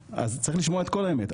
צריך לשמוע את כל האמת,